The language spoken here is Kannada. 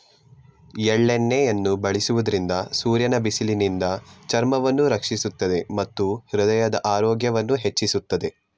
ಎಳ್ಳೆಣ್ಣೆಯನ್ನು ಬಳಸುವುದರಿಂದ ಸೂರ್ಯನ ಬಿಸಿಲಿನಿಂದ ಚರ್ಮವನ್ನು ರಕ್ಷಿಸುತ್ತದೆ ಮತ್ತು ಹೃದಯದ ಆರೋಗ್ಯವನ್ನು ಹೆಚ್ಚಿಸುತ್ತದೆ